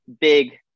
big –